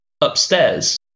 upstairs